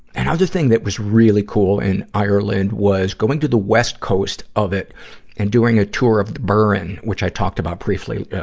another thing that was really cool in ireland was, going to the west coast of it and doing a tour of the burren, which i talked about briefly, ah,